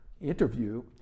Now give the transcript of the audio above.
interview